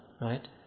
Right